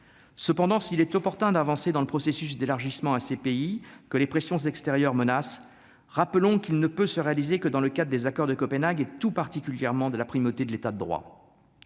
cependant, s'il est opportun d'avancer dans le processus d'élargissement à ces pays que les pressions extérieures menace, rappelons qu'il ne peut se réaliser que dans le cadre des accords de Copenhague et tout particulièrement de la primauté de l'État de droit,